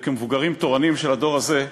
וכמבוגרים תורנים של הדור הזה,